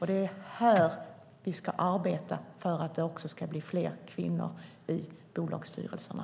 Det är här vi ska arbeta för att det också ska bli fler kvinnor i bolagsstyrelserna.